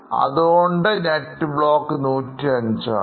അതുകൊണ്ട് net block 105 ആണ്